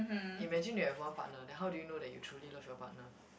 imagine that you have one partner then how do you know that you truly love your partner